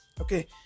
okay